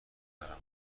دارم